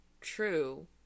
true